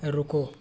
रुको